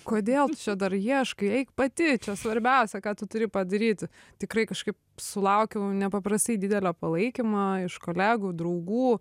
kodėl čia dar ieškai eik pati čia svarbiausia ką tu turi padaryti tikrai kažkaip sulaukiau nepaprastai didelio palaikymo iš kolegų draugų